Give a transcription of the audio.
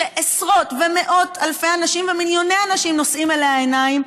שעשרות ומאות אלפי אנשים ומיליוני אנשים נושאים אליה עיניים,